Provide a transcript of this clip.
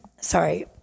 Sorry